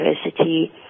university